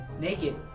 naked